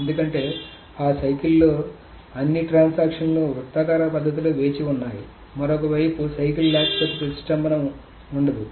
ఎందుకంటే ఆ సైకిల్ లో అన్ని ట్రాన్సాక్షన్ లు వృత్తాకార పద్ధతిలో వేచి ఉన్నాయి మరోవైపు సైకిల్ లేకపోతే ప్రతిష్టంభన ఉండదు